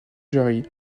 jarry